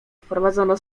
wprowadzono